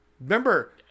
Remember